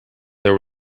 there